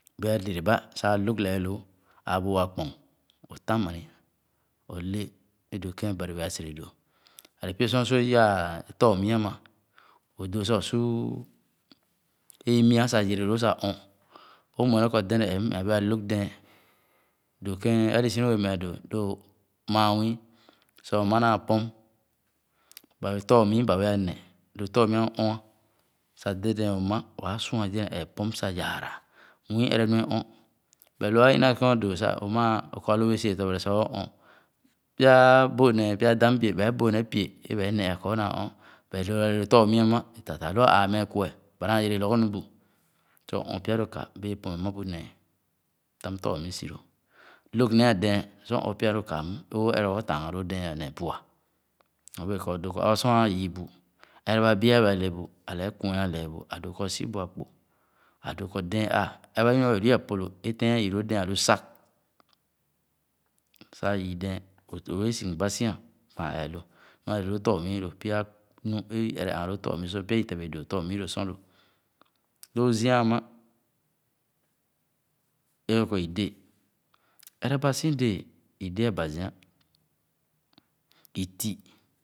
Bé'a yere bá saɧ a'lūz lee lōō āa bu o'akpong, o'tan mani, o'lé é dòò kēn bari bēē ā sere dó. but, pye-sor o'si wēē yāāh tormü amà, o'dóó sah o'su i'mia sah yere lōō sah ɔn r'mue nee kɔ deǹe éé'm mea bēē a'toz dēēn. dōō lēn a'li si lōō bēē mea dó, ló o'maa nwü sah o'mà naa pōm, ba tormii ba béé'a neh. lo tórnui o'-ɔn sah oledēn o'mà, waa sua, dedeēn ee pom sah yara. Nwii ere nuke ɔn. but in̄ a'ina kēn a'do sah o'ma, o'ko a'to bēē ske to-bari sah oo'ɔn, pya bō-nee, pya dam'bie, ba'e bōō nee pie é ba'e neh ā kɔ o'naa ɔn. but, ō we lōō tórmii amà, taa'taa lō a'āā mēē kweh, ba naa yere bgs nu bu, sah o'-ɔn pya li kā, bēē pōmeh mà bu nēe. T am tormii si lō. lōz nee a'deēn sor o'-ɔn pya lō kā'm, oo' ere lɔzɔ taazhàn lōō deēn ā neh bu'ā nyorbié a'dōō kɔ aba sor ā yii bu, ereba bi'e a'bee'a le bu. ale e'kuen alee bu. a'dōō kɔ o'si bu'akpo, ā'dōō kɔ deēn ā, eba nu a'bēē lu i'apolo, é teen a'é éé lóó deén a'lu sāz sah ayii deen. o'bee sin̄g ba si'ā, kpān e'lō. nu ra'lo lōō tōrmü lo. pya nu é i ere aan̄ lōō zia ama, éé kɔ i'dé, ereba si déé i dé aba zia, it